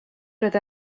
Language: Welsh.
roedd